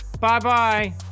Bye-bye